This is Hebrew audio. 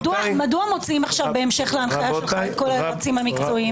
מדוע מוציאים עכשיו בהמשך להנחיה שלך את כל היועצים המקצועיים?